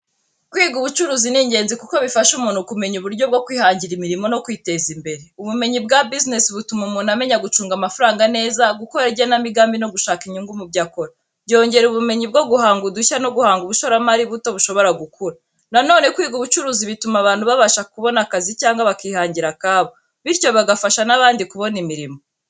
Kwiga ubucuruzi ni ingenzi kuko bifasha umuntu kumenya uburyo bwo kwihangira imirimo no kwiteza imbere. Ubumenyi bwa business butuma umuntu amenya gucunga amafaranga neza, gukora igenamigambi no gushaka inyungu mu byo akora. Byongera ubumenyi bwo guhanga udushya no guhanga ubushoramari buto bushobora gukura. Na none, kwiga ubucuruzi bituma abantu babasha kubona akazi cyangwa bakihangira akabo, bityo bagafasha n’abandi kubona imirimo.